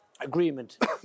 Agreement